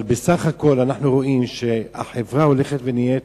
אבל בסך הכול, אנחנו רואים שהחברה הולכת ונהיית